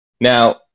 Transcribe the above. Now